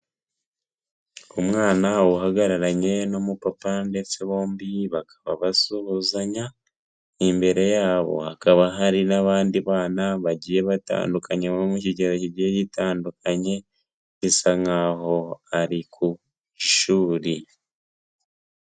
Umwana uhagararanye n'umupapa ndetse bombi bakaba basuzanya, imbere yabo hakaba hari n'abandi bana bagiye batandukanye bo mu kigero kigiye gitandukanye bisa nkaho ari ku ishuri.